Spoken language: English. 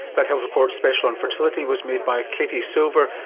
that health report special on fertility was made by katie silver,